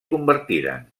convertiren